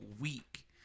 week